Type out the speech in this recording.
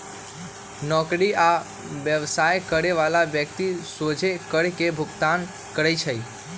नौकरी आ व्यवसाय करे बला व्यक्ति सोझे कर के भुगतान करइ छै